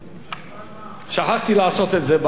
שכחתי לעשות את זה בחלק הקודם.